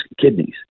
kidneys